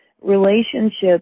Relationships